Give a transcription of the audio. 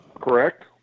Correct